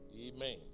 Amen